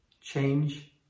change